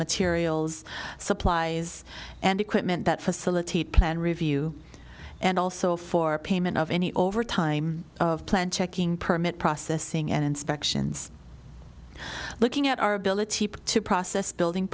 materials supplies and equipment that facilitate planned review and also for payment of any overtime plan checking permit processing and inspections looking at our ability to process building